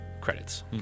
credits